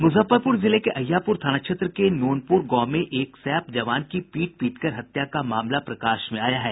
मुजफ्फरपुर जिले के अहियापुर थाना क्षेत्र के नोनपुर गांव में एक सैप जवान की पीट पीटकर हत्या का मामला प्रकाश में आया है